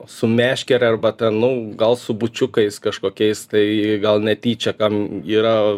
su meškere arba ten nu gal su bučiukais kažkokiais tai gal netyčia kam yra